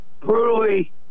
brutally